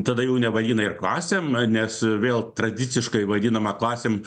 tada jau nevadina ir klasėm nes vėl tradiciškai vadinama klasėm